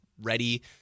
ready